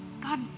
God